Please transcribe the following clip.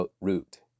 root